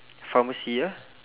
pharmacy ah